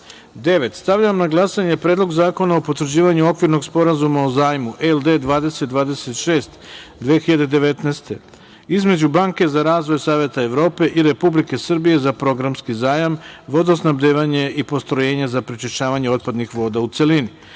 zakona. Stavljam na glasanje Predlog zakona o potvrđivanju Okvirnog sporazuma o zajmu LD 2026 (2019) između Banke za razvoj Saveta Evrope i Republike Srbije za programski zajam-vodosnabdevanje i postrojenja za prečišćavanje otpadnih voda, u celini. Molim